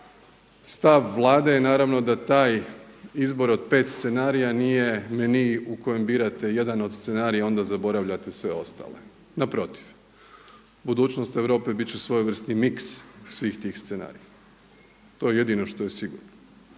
Stav Vlade je naravno da taj izbor od pet scenarija nije meni u kojem birate jedan od scenarija, onda zaboravljate sve ostale. Naprotiv, budućnost Europe bit će svojevrsni mix svih tih scenarija, to je jedino što je sigurno.